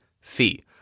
fee